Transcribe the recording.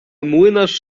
młynarz